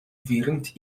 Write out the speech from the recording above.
während